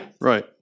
right